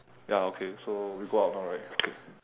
ya okay so we go out now right okay